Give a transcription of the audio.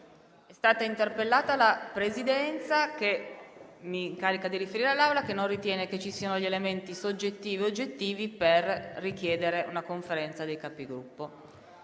è stata interpellata la Presidenza, che mi incarica di riferire all'Assemblea che non ritiene che ci siano gli elementi soggettivi e oggettivi per richiedere la convocazione